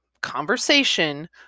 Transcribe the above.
conversation